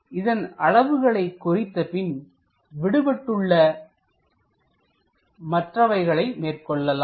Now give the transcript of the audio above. இதன் அளவுகளை குறித்த பின் விடுபட்டுள்ள மற்றவைகளை மேற்கொள்ளலாம்